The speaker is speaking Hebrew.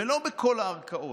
ולא בכל הערכאות,